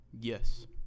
Yes